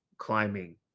climbing